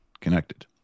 connected